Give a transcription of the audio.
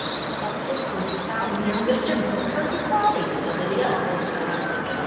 but the pistol was found near mr. bulford's body, said lydia almost triumphantly,